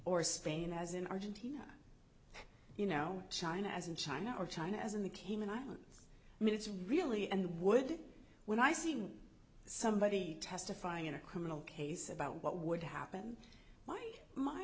or spain as in argentina you know china as in china or china as in the cayman islands i mean it's really and would when i seen somebody testifying in a criminal case about what would happen why my